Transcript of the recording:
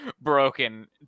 broken